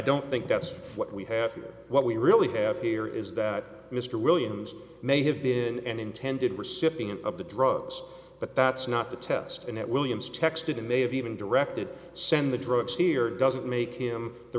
don't think that's what we have what we really have here is that mr williams may have been an intended recipient of the drugs but that's not the test and it williams texted in may have even directed send the drugs here doesn't make him the